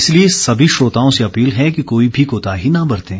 इसलिए सभी श्रोताओं से अपील है कि कोई भी कोताही न बरतें